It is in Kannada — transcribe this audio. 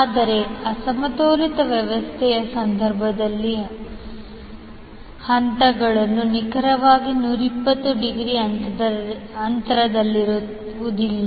ಆದರೆ ಅಸಮತೋಲಿತ ವ್ಯವಸ್ಥೆಯ ಸಂದರ್ಭದಲ್ಲಿ ಹಂತಗಳು ನಿಖರವಾಗಿ 120 ಡಿಗ್ರಿ ಅಂತರದಲ್ಲಿರುವುದಿಲ್ಲ